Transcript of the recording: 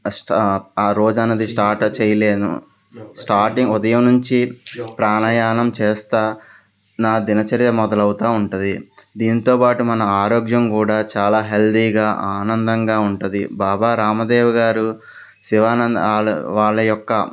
అష్ట ఆ రోజు అన్నది స్టార్ట్ చేయలేను స్టార్టింగ్ ఉదయం నుంచి ప్రాణాయామం చేస్తూ నా దినచర్య మొదలవుతు ఉంటుంది దీనితోపాటు మన ఆరోగ్యం కూడా చాలా హెల్దీగా ఆనందంగా ఉంటుంది బాబా రామదేవ్ గారు శివానంద వాళ్ళ యొక్క